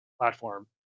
platform